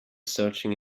searching